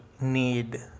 need